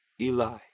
Eli